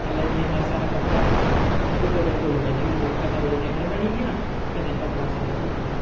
थल्लै जि'यां मासा हारा कपड़ा रक्खेआ ते उप्पर कोई फुल्ल कड्ढी ओड़ेआ कन्नै ओह् डिजाइन बनी गेआ कन्नै कपड़ा सिद्धा होई गेआ